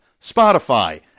Spotify